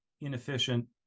inefficient